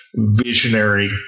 visionary